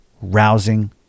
rousing